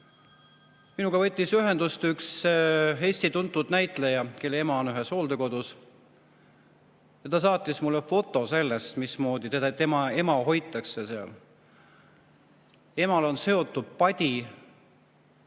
Minuga võttis ühendust üks Eesti tuntud näitleja, kelle ema on ühes hooldekodus. Ta saatis mulle foto sellest, mismoodi tema ema hoitakse seal. Emale on seotud padi